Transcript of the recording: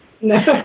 No